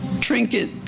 trinket